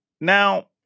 Now